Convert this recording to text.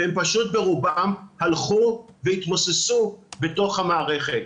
והם פשוט ברובם הלכו והתמוססו בתוך המערכת.